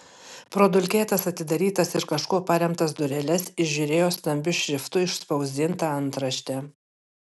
pro dulkėtas atidarytas ir kažkuo paremtas dureles įžiūrėjo stambiu šriftu išspausdintą antraštę